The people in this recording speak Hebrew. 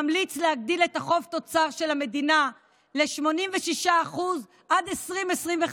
ממליץ להגדיל את החוב תוצר של המדינה ל-86% עד 2025,